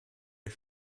est